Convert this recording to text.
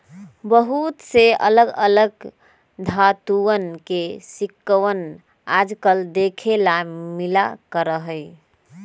बहुत से अलग अलग धातुंअन के सिक्कवन आजकल देखे ला मिला करा हई